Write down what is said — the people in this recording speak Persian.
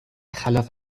خلاف